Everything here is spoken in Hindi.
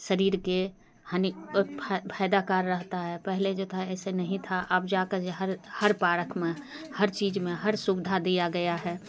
शरीर की हानि और फाय फ़ायदाकार रहता है पहले जो था ऐसे नहीं था अब जा कर जो हर पारक में हर चीज़ में हर सुविधा दिया गया है